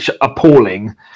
appalling